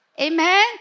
Amen